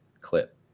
clip